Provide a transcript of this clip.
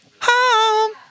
Home